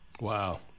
wow